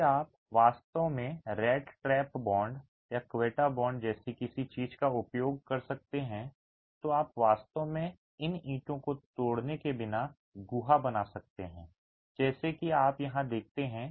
यदि आप वास्तव में रैट ट्रैप बॉन्ड या क्वेटा बॉन्ड जैसी किसी चीज का उपयोग कर सकते हैं तो आप वास्तव में इन ईंटों को तोड़ने के बिना गुहा बना सकते हैं जैसे कि आप यहां देखते हैं